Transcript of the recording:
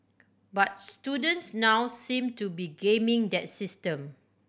but students now seem to be gaming that system